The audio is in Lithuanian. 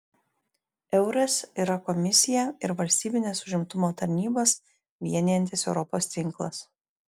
eures yra komisiją ir valstybines užimtumo tarnybas vienijantis europos tinklas